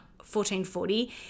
1440